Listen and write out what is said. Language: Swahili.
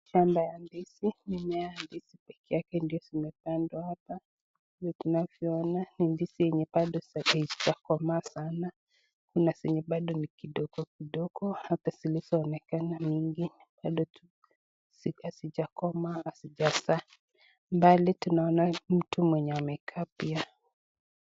Shamba ya ndizi, mimea ya ndizi pekeake ndo zimepandwa hapa, vile tunavyoona ni ndizi yenye bado haijakomaa sana, kuna zenye bado ni kidogo kidogo, hata zilizoonekana mingi bado hazijakomaa, hazijazaa. Mbali tunaona mtu mwenye amekaa pia.